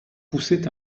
poussait